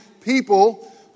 people